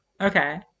Okay